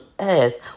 earth